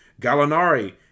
Gallinari